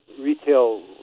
retail